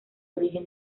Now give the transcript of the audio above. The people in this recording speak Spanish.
origen